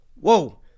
Whoa